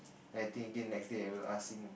then I think again next day I will ask him